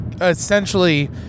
essentially